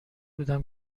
بودم